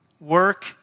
Work